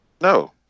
No